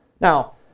Now